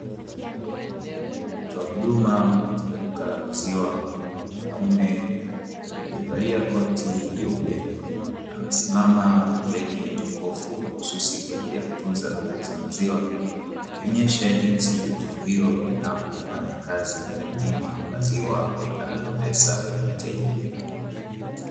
Mtoa huduma katika duka la maziwa (mwanaume) aliyevalia koti jeupe, amesimama pembeni ya jokofu mahususi kwa ajili ya kutunza na kuuza maziwa; akionyesha jinsi jokofu hilo linavyofanya kazi ya kupima maziwa kulingana na pesa ya mteja.